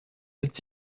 est